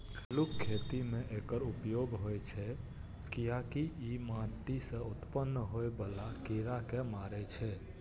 आलूक खेती मे एकर उपयोग होइ छै, कियैकि ई माटि सं उत्पन्न होइ बला कीड़ा कें मारै छै